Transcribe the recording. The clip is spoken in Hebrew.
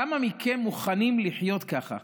כמה מכם מוכנים לחיות ככה,